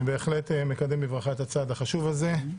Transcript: אני בהחלט מקדם בברכה את הצעד החשוב הזה.